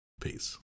Peace